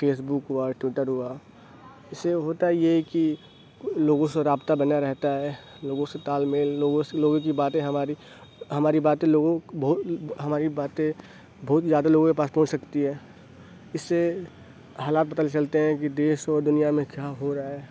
face بک ہوا Twitter ہوا اس سے ہوتا یہ ہے کہ لوگوں سے رابطہ بنا رہتا ہے لوگوں سے تال میل لوگوں سے لوگوں کی باتیں ہماری ہماری باتیں لوگوں کو بہت ہماری باتیں بہت زیادہ لوگوں کے پاس پہنچ سکتی ہے اس سے حالات پتا چلتے ہیں کہ دیش و دنیا میں کیا ہو رہا ہے